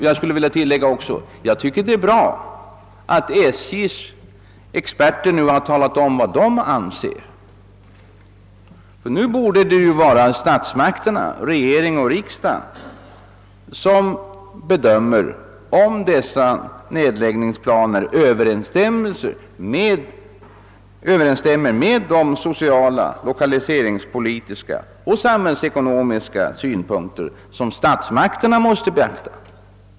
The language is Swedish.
Jag vill också tillägga att jag tycker det är bra att SJ:s experter nu har talat om vad de anser. Nu bör regering och riksdag bedöma om nedläggningsplanerna överensstämmer med de sociala, lokaliseringspolitiska och samhällsekonomiska synpunkter som statsmakterna måste beakta.